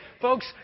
folks